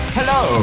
Hello